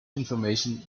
information